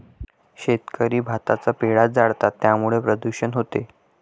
शेतकरी भाताचा पेंढा जाळतात त्यामुळे प्रदूषण होते